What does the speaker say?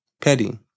petty